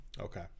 Okay